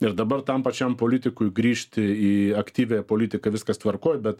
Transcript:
ir dabar tam pačiam politikui grįžti į aktyviąją politiką viskas tvarkoj bet